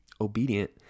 obedient